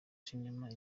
cinema